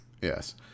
Yes